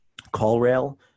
CallRail